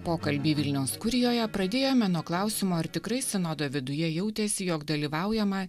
pokalbį vilniaus kurijoje pradėjome nuo klausimo ar tikrai sinodo viduje jautėsi jog dalyvaujama